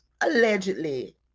allegedly